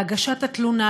להגשת התלונה,